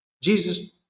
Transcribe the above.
Jesus